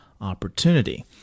opportunity